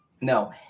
No